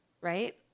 right